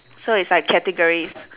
so it's like categories